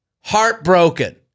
Heartbroken